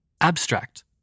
Abstract